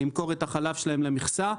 למכור את החלב שלהם למכסה.